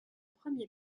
premier